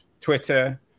Twitter